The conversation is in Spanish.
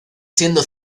siendo